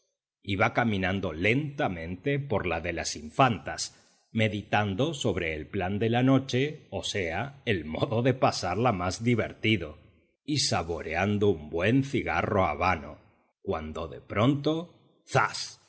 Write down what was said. iba caminando lentamente por la de las infantas meditando sobre el plan de la noche a sea el modo de pasarla más divertido y saboreando un buen cigarro habano cuando de pronto zas